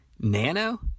Nano